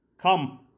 Come